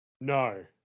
No